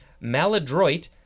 maladroit